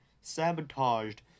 sabotaged